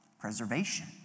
preservation